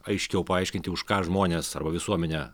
aiškiau paaiškinti už ką žmonės arba visuomenė